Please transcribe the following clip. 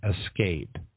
escape